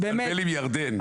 התבלבל עם ירדן.